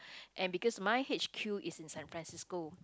and because my h_q is in San-Francisco